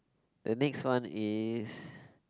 the next one is